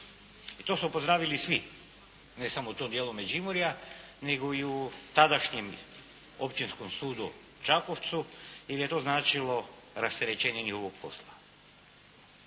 I to su pozdravili svi ne samo u tom dijelu Međuimurja, nego i u tadašnjem Općinskom sudu u Čakovcu, jer je to značilo rasterećenje njihovog posla.